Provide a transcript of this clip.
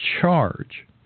charge